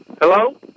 Hello